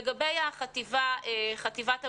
לגבי חטיבת הביניים.